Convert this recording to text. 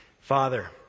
Father